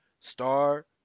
star